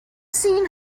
seen